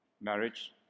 marriage